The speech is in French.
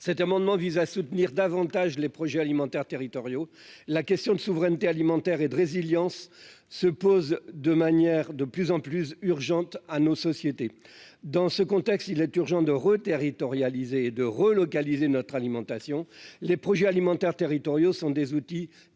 Cet amendement vise à soutenir davantage les projets alimentaires territoriaux, la question de souveraineté alimentaire et de résilience se pose de manière de plus en plus urgente, à nos sociétés dans ce contexte, il est urgent de reterritorialisation de relocaliser notre alimentation les projets alimentaires territoriaux sont des outils